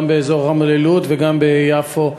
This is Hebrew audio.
גם באזור רמלה-לוד וגם ביפו,